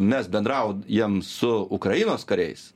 mes bendraujam su ukrainos kariais